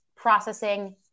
processing